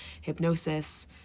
hypnosis